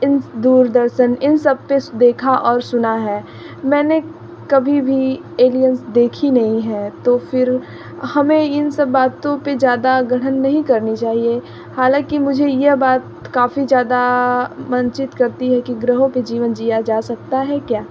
इन दूरदर्सन इन सब पर देखा और सुना है मैंने कभी भी एलियंस देखी नहीं है तो फिर हमें इन सब बातों पर ज़्यादा गढ़न नहीं करनी चाहिए हालांकि मुझे यह बात काफ़ी ज़्यादा मनचित करती है कि ग्रहों पर जीवन जिया जा सकता है क्या